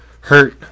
Hurt